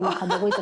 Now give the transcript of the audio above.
אני אם חד הורית,